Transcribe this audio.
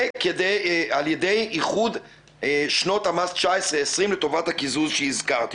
זה על ידי איחוד שנות המס 2020-2019 לטובת הקיזוז שהזכרתי.